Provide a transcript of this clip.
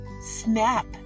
snap